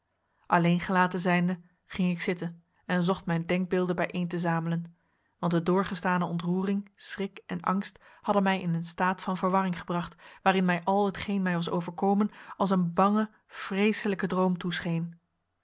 alleengelaten zijnde ging ik zitten en zocht mijn denkbeelden bijeen te zamelen want de doorgestane ontroering schrik en angst hadden mij in een staat van verwarring gebracht waarin mij al hetgeen mij was overkomen als een bange vreeselijke droom toescheen